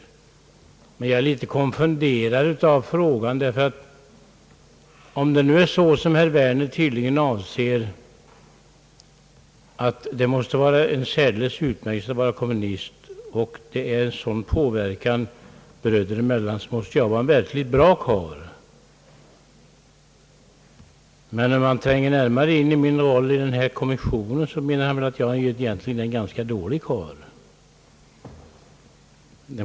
Jag är dock en aning konfunderad, därför att om det är såsom herr Werner tydligen anser, att det måste vara särdeles utmärkt att vara kommunist och att det råder påverkan bröder emellan, borde jag vara en verkligt bra karl. Tränger man djupare in i min roll i kommissionen måste väl herr Werner tycka att jag är en ganska dålig karl.